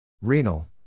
Renal